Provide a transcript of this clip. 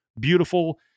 beautiful